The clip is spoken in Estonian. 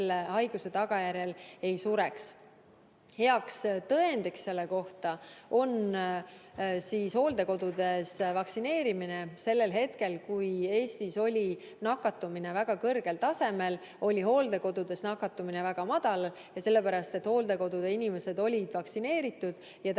haiguse tagajärjel ei sureks. Heaks tõendiks selle kohta on hooldekodudes vaktsineerimine. Sellel hetkel, kui Eestis oli nakatumine väga kõrgel tasemel, oli hooldekodudes nakatumine väga madal, sellepärast et hooldekodude inimesed olid vaktsineeritud ja tänu